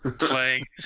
playing